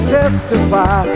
testify